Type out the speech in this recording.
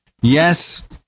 yes